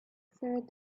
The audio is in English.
third